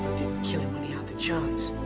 didn't kill him when he had the chance!